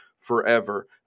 forever